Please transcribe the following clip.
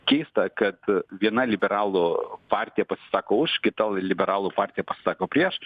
keista kad viena liberalų partija pasisako už kita liberalų partija pasisako prieš